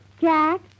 Jack